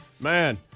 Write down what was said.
Man